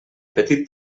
petit